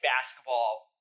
basketball